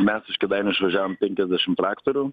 mes iš kėdainių išvažiavom penkiasdešim traktorių